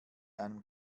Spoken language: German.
einem